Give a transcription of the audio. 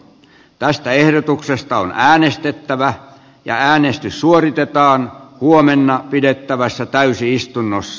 tästä ehdotuksesta on äänestettävä ja äänestys suoritetaan huomenna pidettävässä täysistunnossa